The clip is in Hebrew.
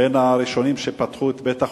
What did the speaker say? בין הראשונים שפתחו את בית-החולים,